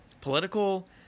political